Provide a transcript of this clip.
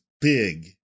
big